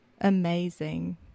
amazing